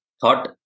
thought